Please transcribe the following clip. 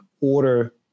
order